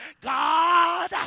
God